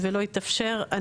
התאפשר.